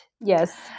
Yes